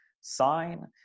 sign